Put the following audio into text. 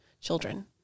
children